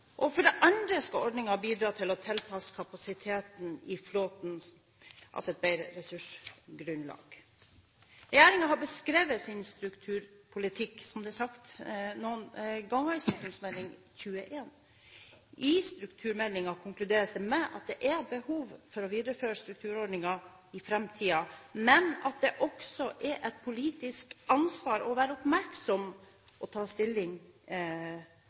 næringer. For det andre skal ordningen bidra til bedre å tilpasse kapasiteten i flåten til ressursgrunnlaget. Regjeringen har beskrevet sin strukturpolitikk – som det er sagt noen ganger – i St.meld. nr. 21 for 2006–2007. I strukturmeldingen konkluderes det med at det er behov for å videreføre strukturordningen i framtiden, men at det også er et politisk ansvar å være oppmerksom og ta stilling